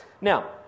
Now